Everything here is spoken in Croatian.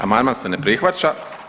Amandman se ne prihvaća.